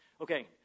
Okay